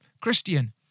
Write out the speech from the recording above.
Christian